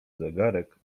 zegarek